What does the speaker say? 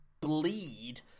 bleed